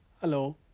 Hello